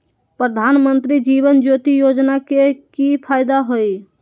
प्रधानमंत्री जीवन ज्योति योजना के की फायदा हई?